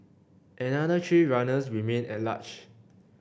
another three runners remain at large